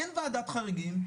שאין ועדת חריגים,